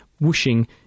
whooshing